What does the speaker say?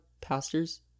Pastors